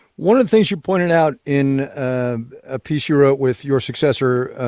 one of the things you pointed out in a piece you wrote with your successor,